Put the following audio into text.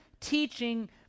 Teaching